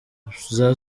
agatsiko